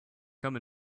come